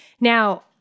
Now